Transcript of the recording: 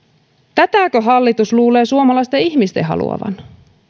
tätäkö hallitus luulee suomalaisten ihmisen haluavan